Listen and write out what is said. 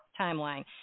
timeline